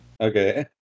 Okay